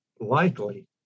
likely